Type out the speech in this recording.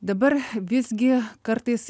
dabar visgi kartais